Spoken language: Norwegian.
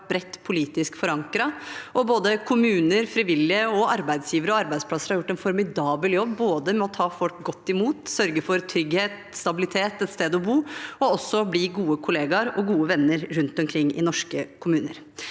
bredt politisk forankret, og både kommuner, frivillige, arbeidsgivere og arbeidsplasser har gjort en formidabel jobb med å ta godt imot folk, sørge for trygghet, stabilitet og et sted å bo og også ved å bli gode kollegaer og gode venner rundt omkring i norske kommuner.